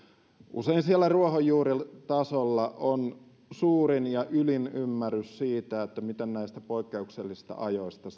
usein siellä ruohonjuuritasolla on suurin ja ylin ymmärrys siitä miten näistä poikkeuksellisista ajoista